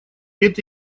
это